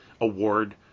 award